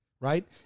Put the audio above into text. right